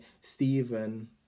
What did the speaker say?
Stephen